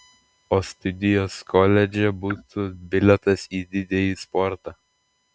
o studijos koledže būtų bilietas į didįjį sportą